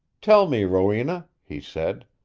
tell me, rowena, he said,